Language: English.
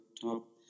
top